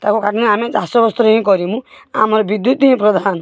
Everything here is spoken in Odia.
ତାକୁ କାଟନି ଆମେ ଚାଷ ବାସ ହିଁ କରିମୁ ଆମର ବିଦ୍ୟୁତ ହିଁ ପ୍ରଧାନ